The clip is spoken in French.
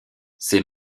ces